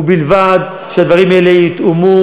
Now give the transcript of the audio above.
ובלבד שהדברים האלה יותאמו